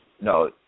No